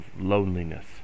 loneliness